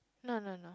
no no no